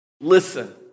listen